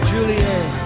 Juliet